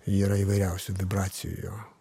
yra įvairiausių vibracijų jo